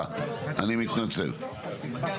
זה ייסגר